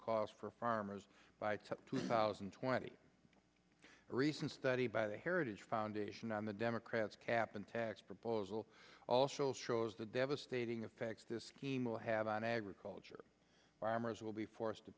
costs for farmers by two thousand and twenty a recent study by the heritage foundation on the democrats cap and tax proposal also shows the devastating effect this scheme will have on agriculture farmers will be forced to